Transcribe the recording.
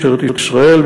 משטרת ישראל,